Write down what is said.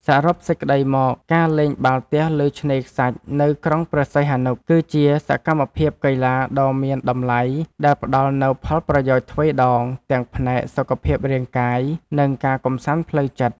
សរុបសេចក្ដីមក ការលេងបាល់ទះលើឆ្នេរខ្សាច់នៅក្រុងព្រះសីហនុ គឺជាសកម្មភាពកីឡាដ៏មានតម្លៃដែលផ្ដល់នូវផលប្រយោជន៍ទ្វេដង ទាំងផ្នែក សុខភាពរាងកាយ និង ការកម្សាន្តផ្លូវចិត្ត។